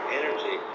energy